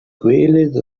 gwelet